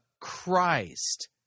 Christ